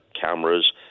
cameras